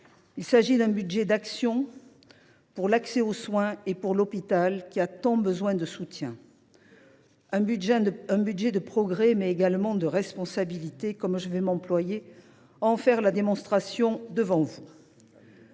Il s’agit d’un budget d’action pour l’accès aux soins et pour l’hôpital, qui a tant besoin de soutien. Il s’agit d’un budget de progrès, mais également de responsabilité, comme je vais m’employer à en faire la démonstration devant vous.